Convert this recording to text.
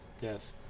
Yes